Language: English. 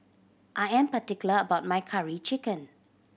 I am particular about my Curry Chicken